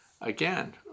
again